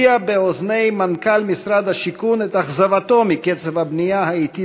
הביע באוזני מנכ"ל משרד השיכון את אכזבתו מקצב הבנייה האטי,